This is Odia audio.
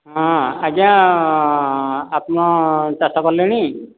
ହଁ ଆଜ୍ଞା ଆପଣ ଚାଷ କଲେଣି